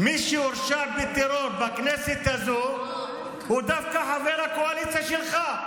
מי שהורשע בטרור בכנסת הזאת הוא דווקא חבר הקואליציה שלך.